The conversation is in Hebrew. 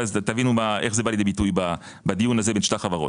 ואז תבינו איך זה בא לידי ביטוי בדיון הזה בין שתי החברות.